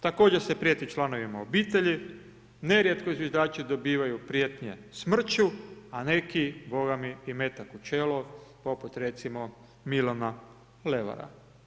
Također se prijeti članovima obitelji, nerijetko zviždači dobivaju prijetnje smrću a neki bogami i metak u čelo poput recimo Milana Levara.